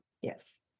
Yes